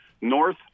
north